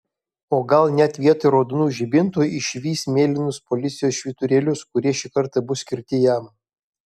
o gal net vietoj raudonų žibintų išvys mėlynus policijos švyturėlius kurie šį kartą bus skirti jam